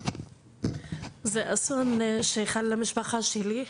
זה אסון שקרה למשפחה שלי.